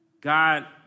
God